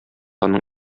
аның